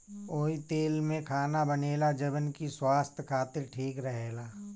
ओही तेल में खाना बनेला जवन की स्वास्थ खातिर ठीक रहेला